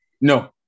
No